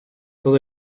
todo